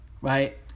right